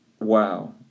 Wow